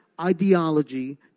ideology